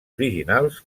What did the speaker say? originals